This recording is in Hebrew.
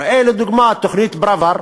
ראה לדוגמה תוכנית פראוור: